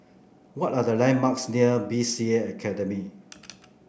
what are the landmarks near B C A Academy